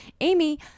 Amy